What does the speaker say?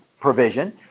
provision